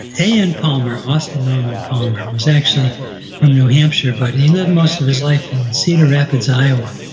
a n. palmer, austin norman palmer was actually from new hampshire, but he lived most of his life in cedar rapids, iowa.